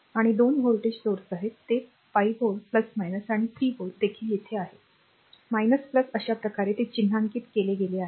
आणि 2 व्होल्टेज स्त्रोत आहेत ते 5 v आणि 3 v देखील येथे आहेत अशा प्रकारे ते चिन्हांकित केले गेले आहे